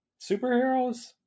superheroes